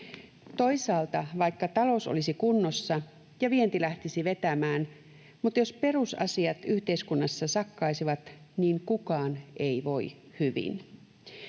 Toisaalta, vaikka talous olisi kunnossa ja vienti lähtisi vetämään, jos perusasiat yhteiskunnassa sakkaisivat, niin kukaan ei voi hyvin.